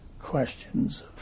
questions